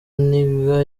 nigga